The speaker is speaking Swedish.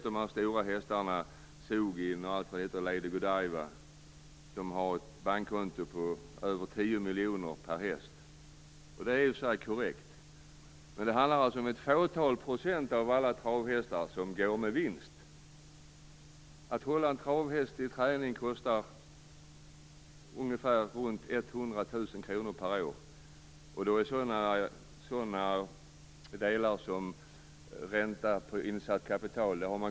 De stora hästarna, Zoogin och Lovely Godiva och allt vad de heter, har bankkonton på över 10 miljoner per häst. Det är korrekt, men det är ett fåtal av alla travhästar som går med vinst. Att hålla en travhäst i träning kostar ungefär 100 000 kr per år. Då har man glömt bort sådana delar som ränta på insatt kapital.